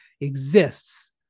exists